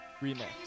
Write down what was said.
remix